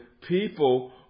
People